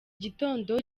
gitondo